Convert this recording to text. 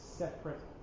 separate